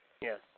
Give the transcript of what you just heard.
Yes